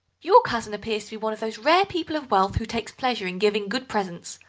your cousin appears to be one of those rare people of wealth who take a pleasure in giving good presents,